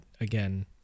again